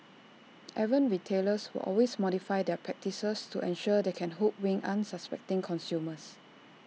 errant retailers will always modify their practices to ensure they can hoodwink unsuspecting consumers